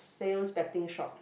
sales betting shop